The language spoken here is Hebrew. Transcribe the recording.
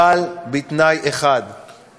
אבל בתנאי אחד, נא לסיים.